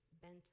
Bent